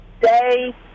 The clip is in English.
day